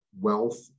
wealth